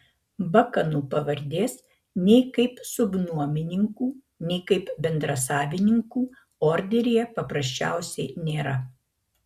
bakanų pavardės nei kaip subnuomininkų nei kaip bendrasavininkų orderyje paprasčiausiai nėra